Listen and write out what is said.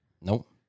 Nope